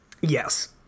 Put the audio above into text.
Yes